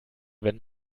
wenn